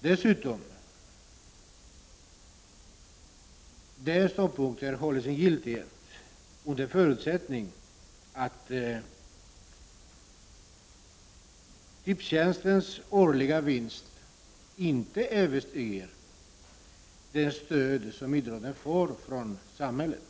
Dessutom behåller denna ståndpunkt sin giltighet under förutsättning att Tipstjänsts årliga vinst inte överstiger det stöd som idrotten får från samhället.